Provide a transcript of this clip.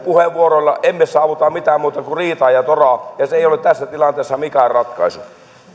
puheenvuoroilla emme saavuta mitään muuta kuin riitaa ja toraa ja se ei ole tässä tilanteessa mikään ratkaisu